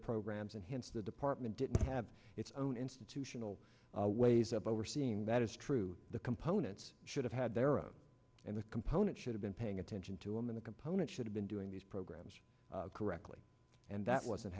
programs and hence the department didn't have its own institutional ways of overseeing that is true the components should have had their own and the component should have been paying attention to in the component should have been doing these programs correctly and that wasn't